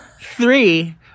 three